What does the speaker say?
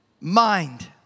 Mind